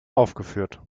aufgeführt